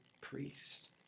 priest